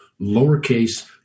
lowercase